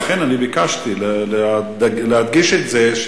ולכן ביקשתי להדגיש את זה,